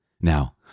Now